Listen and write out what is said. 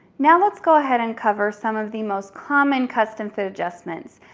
now, let's go ahead and cover some of the most common custom fit adjustments.